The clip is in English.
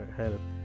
help